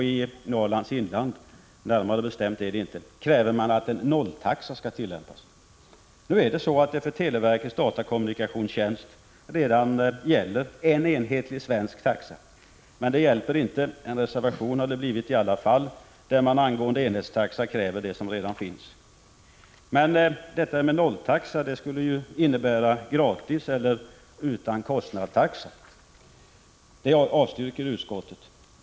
I Norrlands inland — närmare bestämt än så är det inte — kräver man att en nolltaxa skall tillämpas. Nu gäller redan en enhetlig svensk taxa för televerkets datakommunikationstjänst. Men det hjälper inte — en reservation har det blivit i alla fall i vilken man angående enhetstaxa kräver det som redan finns. Detta med nolltaxa skulle ju innebära gratiseller utan-kostnad-taxa. Det förslaget avstyrker utskottet.